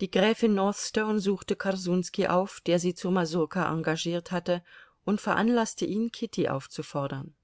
die gräfin northstone suchte korsunski auf der sie zur masurka engagiert hatte und veranlaßte ihn kitty aufzufordern